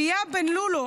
אליה בן לולו,